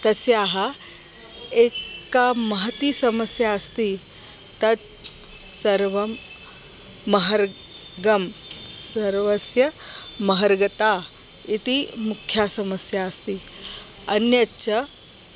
तस्याः एका महती समस्या अस्ति तत् सर्वं महार्घं सर्वस्य महर्घता इति मुख्या समस्या अस्ति अन्यच्च